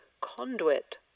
conduit